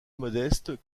modestes